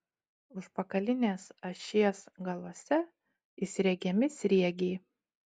užpakalinės ašies galuose įsriegiami sriegiai